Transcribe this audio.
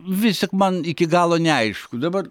vis tik man iki galo neaišku dabar